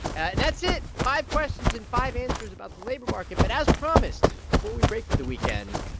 and that's it five questions and five answers about the labor market. but as promised, before we break for the weekend,